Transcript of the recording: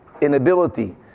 inability